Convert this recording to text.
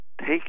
Take